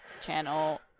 channel